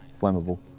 flammable